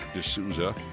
D'Souza